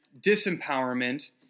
disempowerment